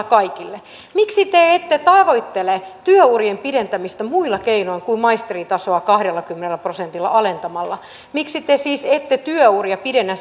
kaikille miksi te ette tavoittele työurien pidentämistä muilla keinoilla kuin maisteritasoa kahdellakymmenellä prosentilla alentamalla miksi te siis ette pidennä